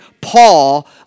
Paul